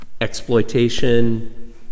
Exploitation